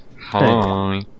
Hi